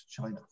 China